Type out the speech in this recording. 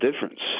difference